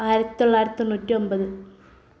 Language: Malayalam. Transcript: ആയിരത്തി തൊള്ളായിരത്തി തൊണ്ണൂറ്റി ഒൻപത്